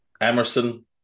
Emerson